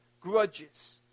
grudges